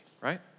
right